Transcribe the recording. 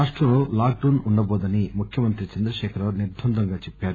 రాష్టంలో lockdown ఉండటోదని ముఖ్యమంత్రి చంద్రశేఖరరావు నిర్ద్వంద్వంగా చెప్పారు